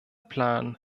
plan